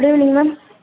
ma'am good evening ma'am